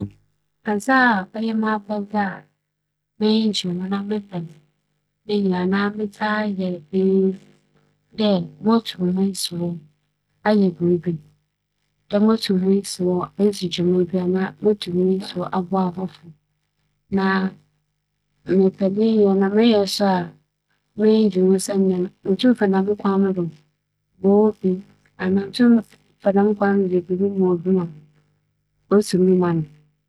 Sɛ mowͻ mber a memmfa nnyɛ hwee a, dza meyɛ nye dɛ mekɛpɛ beebi a ͻyɛ dzinn a obiara nnyi hͻ na metsena hͻ tsie ndwom. Siantsir a m'enyi gye dɛm adze yi ho nye dɛ, ͻma me gye m'ahom na sɛ ͻfata dɛ ndwom no mpo ne dɛw ntsi mesaw a, mesaw dze tsentsen m'apͻw mu. Na ma ͻma mo dͻ dɛm adze yi ne nyɛe nye dɛ, ndwom yɛ adze a ͻma me kra mee ara yie. Iyi nye siantsir.